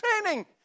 training